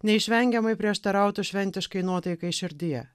neišvengiamai prieštarautų šventiškai nuotaikai širdyje